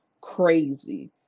crazy